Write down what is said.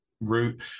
route